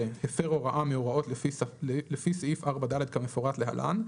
הפר הוראה מההוראות לפי סעיף 4ד כמפורט להלן,